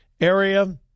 area